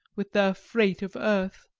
with their freight of earth.